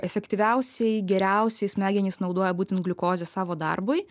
efektyviausiai geriausiai smegenys naudoja būtent gliukozę savo darbui